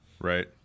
Right